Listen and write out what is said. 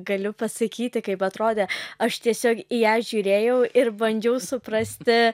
galiu pasakyti kaip atrodė aš tiesiog į ją žiūrėjau ir bandžiau suprasti